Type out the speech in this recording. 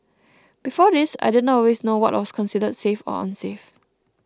before this I didn't always know what was considered safe or unsafe